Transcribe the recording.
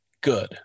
good